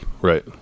Right